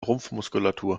rumpfmuskulatur